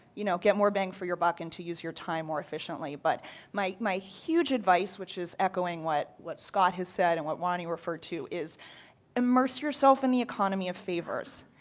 you know, get more bang for your buck and to use your time more efficiently. but my my huge advice which is echoing what what scott has said and what ronnie referred to is immerse yourself in the economy of favors.